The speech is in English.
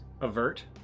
Avert